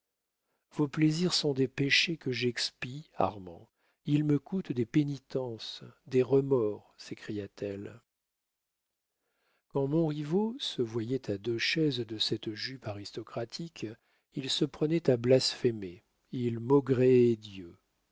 vos plaisirs sont des péchés que j'expie armand ils me coûtent des pénitences des remords s'écriait-elle quand montriveau se voyait à deux chaises de cette jupe aristocratique il se prenait à blasphémer il maugréait dieu